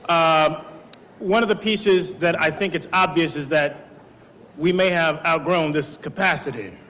um one of the pieces that i think it's obvious is that we may have outgrown this capacity.